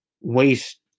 waste